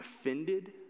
offended